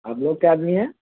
آپ لوگ کئے آدمی ہیں